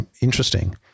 interesting